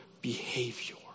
behavior